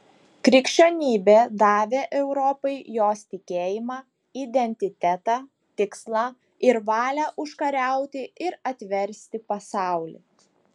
krikščionybė davė europai jos tikėjimą identitetą tikslą ir valią užkariauti ir atversti pasaulį